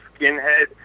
skinhead